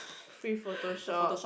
free photoshop